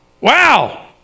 Wow